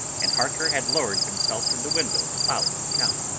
and harker had lowered himself from the window to follow the count.